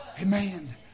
Amen